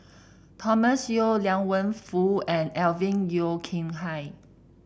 Thomas Yeo Liang Wenfu and Alvin Yeo Khirn Hai